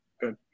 Good